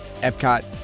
Epcot